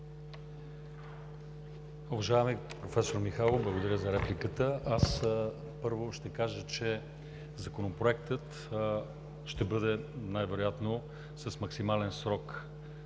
Уважаеми професор Михайлов, благодаря за репликата. Първо ще кажа, че Законопроектът ще бъде най-вероятно с максимален срок на разглеждане